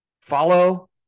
Follow